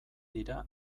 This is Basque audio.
dira